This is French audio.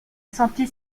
santé